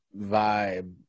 vibe